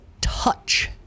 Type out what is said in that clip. touch